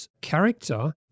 character